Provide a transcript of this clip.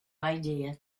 idea